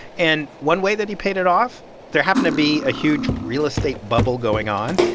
and one way that he paid it off? there happened to be a huge real estate bubble going on.